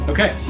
Okay